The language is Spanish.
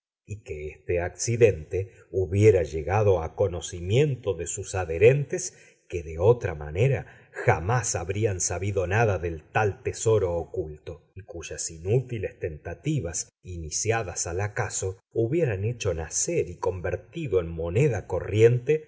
y que este accidente hubiera llegado a conocimiento de sus adherentes que de otra manera jamás habrían sabido nada de tal tesoro oculto y cuyas inútiles tentativas iniciadas al acaso hubieran hecho nacer y convertido en moneda corriente